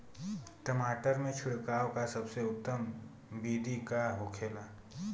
टमाटर में छिड़काव का सबसे उत्तम बिदी का होखेला?